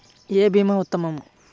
ఏ భీమా ఉత్తమము?